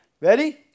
ready